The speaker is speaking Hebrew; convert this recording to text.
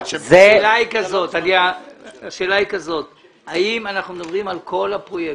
השאלה היא האם אנחנו מדברים על כל הפרויקטים.